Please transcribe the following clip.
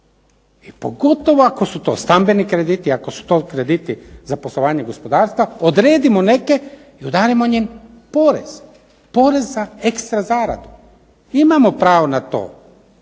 I pogotovo ako su to stambeni krediti, ako su to krediti za poslovanje gospodarstva, odredimo neke i udarimo im porez, porez za ekstra zaradu. Imamo pravo na to.